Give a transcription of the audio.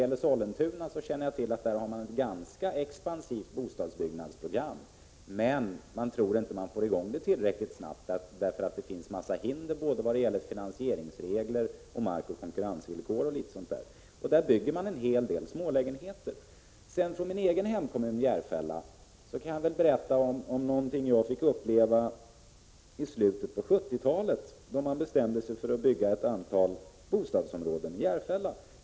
I Sollentuna har man ett ganska expansivt bostadsbyggnadsprogram, men man tror inte att man får i gång det tillräckligt snabbt, eftersom det föreligger en hel del hinder vad gäller finansieringsregler, markoch konkurrensvillkor osv. I Sollentuna bygger man en hel del smålägenheter. Från min egen hemkommun Järfälla kan jag berätta om något som jag fick uppleva i slutet av 70-talet, då man bestämde sig för att bygga ett antal bostadsområden i Järfälla.